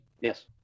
Yes